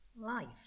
life